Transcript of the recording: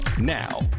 Now